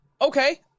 Okay